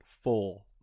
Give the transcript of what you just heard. four